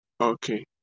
okay